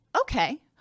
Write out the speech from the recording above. Okay